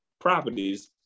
properties